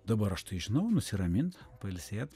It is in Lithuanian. dabar aš tai žinau nusiramint pailsėt